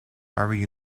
army